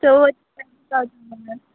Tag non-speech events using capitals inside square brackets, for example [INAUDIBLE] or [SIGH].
चवत [UNINTELLIGIBLE]